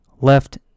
Left